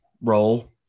role